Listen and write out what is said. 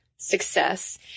Success